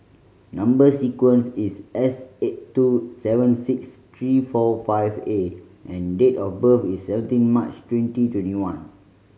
number sequence is S eight two seven six three four five A and date of birth is seventeen March twenty twenty one